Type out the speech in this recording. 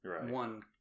one